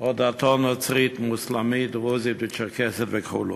או דתו נוצרית, מוסלמית, דרוזית, צ'רקסית וכו'.